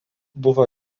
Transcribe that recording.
buvo